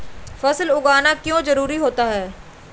फसल उगाना क्यों जरूरी होता है?